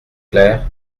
clair